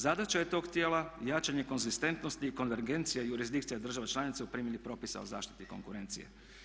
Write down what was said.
Zadaća je tog tijela jačanje konzistentnosti i konvergencija i jurisdikcije država članica u primjeni propisa o zaštiti konkurencije.